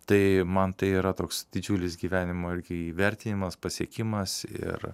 tai man tai yra toks didžiulis gyvenimo irgi įvertinimas pasiekimas ir